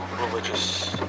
religious